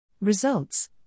Results